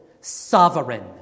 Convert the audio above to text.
Sovereign